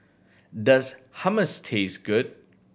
does Hummus taste good